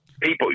people –